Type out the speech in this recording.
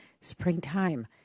springtime